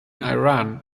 iran